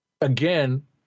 again